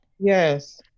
yes